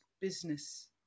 business